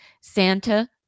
Santa